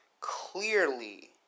clearly